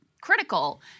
critical